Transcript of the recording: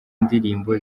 ndirimbo